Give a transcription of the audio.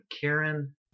Karen